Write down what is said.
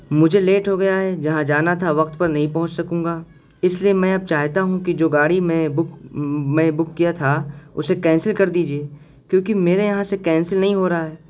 مجھے لیٹ ہو گیا ہے جہاں جانا تھا وقت پر نہیں پہنچ سکوں گا اس لیے میں اب چاہتا ہوں کہ جو گاڑی میں بک میں بک کیا تھا اسے کینسل کر دیجیے کیوںکہ میرے یہاں سے کینسل نہیں ہو رہا ہے